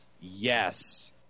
Yes